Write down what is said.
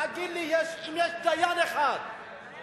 תגיד לי אם יש דיין אחד בישראל.